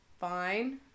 fine